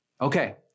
Okay